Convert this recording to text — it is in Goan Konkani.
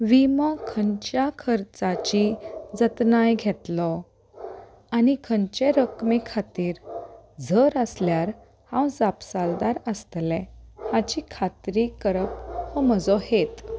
विमो खंयच्या खर्चाची जतनाय घेतलो आनी खंयचे रकमे खातीर जर आसल्यार हांव जापसालदार आसतलें हाची खात्री करप हो म्हजो हेेत